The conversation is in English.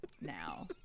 now